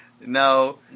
No